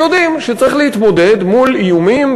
ויודעים שצריך להתמודד מול איומים,